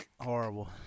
Horrible